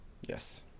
yes